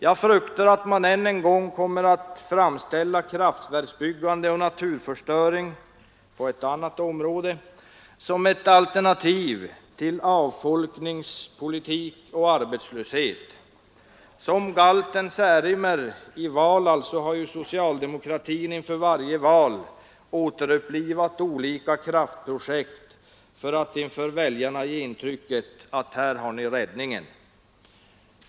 Jag fruktar att man än en gång kommer att framställa kraftverksbyggande och naturförstöring som ett alternativ till avfolkningspolitik och arbetslöshet. Som skedde med galten Särimner i Valhall har socialdemokratin inför varje val återupplivat olika kraftverksbyggen för att inför väljarna ge intrycket att ”här har ni räddningen”.